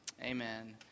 Amen